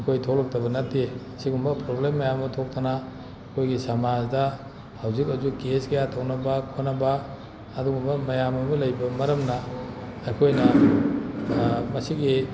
ꯑꯩꯈꯣꯏ ꯊꯣꯛꯂꯛꯇꯕ ꯅꯠꯇꯦ ꯁꯤꯒꯨꯝꯕ ꯄ꯭ꯔꯣꯕ꯭ꯂꯦꯝ ꯃꯌꯥꯝ ꯑꯃ ꯊꯣꯛꯇꯅ ꯑꯩꯈꯣꯏꯒꯤ ꯁꯃꯥꯖꯇ ꯍꯧꯖꯤꯛ ꯍꯧꯖꯤꯛ ꯀꯦꯁ ꯀꯌꯥ ꯇꯧꯅꯕ ꯈꯣꯠꯅꯕ ꯑꯗꯨꯒꯨꯝꯕ ꯃꯌꯥꯝ ꯑꯃ ꯂꯩꯕ ꯃꯔꯝꯅ ꯑꯩꯈꯣꯏꯅ ꯃꯁꯤꯒꯤ